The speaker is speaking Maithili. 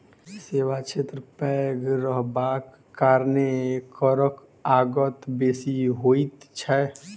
सेवा क्षेत्र पैघ रहबाक कारणेँ करक आगत बेसी होइत छै